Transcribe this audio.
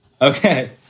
Okay